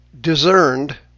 discerned